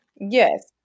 Yes